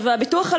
הביטוח הלאומי,